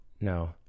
no